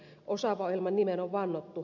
osaava ohjelman nimeen on vannottu